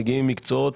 מגיעים מקצות,